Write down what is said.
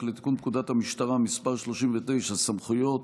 לתיקון פקודת המשטרה (מס' 39) (סמכויות),